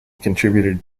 contributed